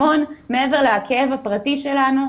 המון מעבר לכאב הפרטי שלנו,